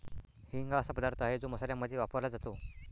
हिंग हा असा पदार्थ आहे जो मसाल्यांमध्ये वापरला जातो